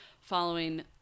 following